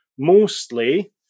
mostly